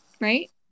right